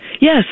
Yes